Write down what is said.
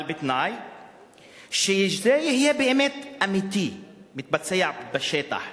אבל בתנאי שזה יהיה אמיתי, מתבצע באמת בשטח,